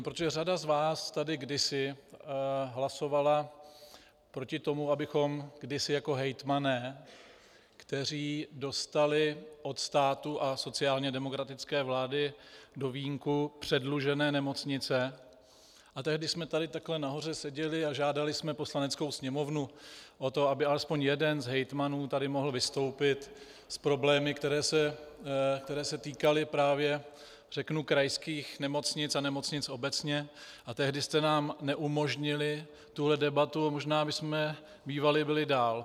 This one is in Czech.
Protože řada z vás tady kdysi hlasovala proti tomu, abychom kdysi jako hejtmani, kteří dostali od státu a sociálně demokratické vlády do vínku předlužené nemocnice, a tehdy jsme tady nahoře seděli a žádali jsme Poslaneckou sněmovnu o to, aby alespoň jeden z hejtmanů tady mohl vystoupit s problémy, které se týkaly právě krajských nemocnic a nemocnic obecně, a tehdy jste nám neumožnili tuto debatu a možná bychom bývali byli dál.